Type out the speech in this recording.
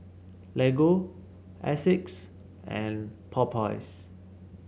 Lego Asics and Popeyes